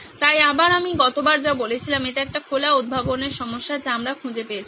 তাই আবার আমি গতবার যা বলেছিলাম এটি একটি খোলা উদ্ভাবনের সমস্যা যা আমরা খুঁজে পেয়েছি